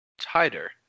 tighter